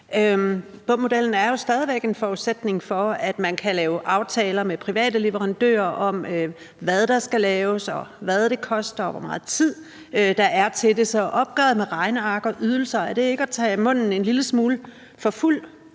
BUM-modellen er jo stadig væk en forudsætning for, at man kan lave aftaler med private leverandører om, hvad der skal laves, hvad det koster, og hvor meget tid der er til det. Så at sige et opgør med regneark og ydelser er det ikke at tage munden en lille smule for fuld?